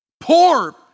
Poor